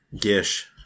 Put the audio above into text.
Gish